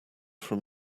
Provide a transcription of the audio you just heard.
from